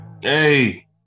Hey